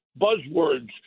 buzzwords